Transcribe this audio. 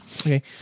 Okay